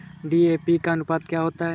DAP का अनुपात क्या होता है?